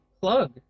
plug